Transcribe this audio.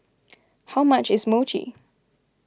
how much is Mochi